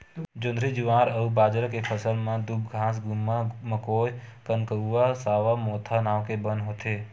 जोंधरी, जुवार अउ बाजरा के फसल म दूबघास, गुम्मा, मकोया, कनकउवा, सावां, मोथा नांव के बन होथे